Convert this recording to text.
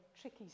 tricky